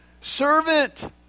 servant